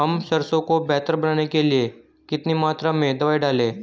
हम सरसों को बेहतर बनाने के लिए कितनी मात्रा में दवाई डालें?